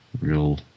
real